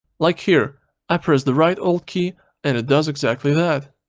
like here, i press the right alt key and it does exactly that.